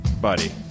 buddy